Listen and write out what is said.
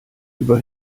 über